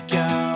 go